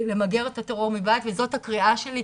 למגר את הטרור מבית וזאת הקריאה שלי,